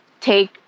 take